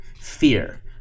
Fear